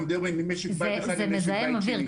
זה מזהם אוויר.